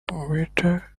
waiter